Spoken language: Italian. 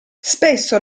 spesso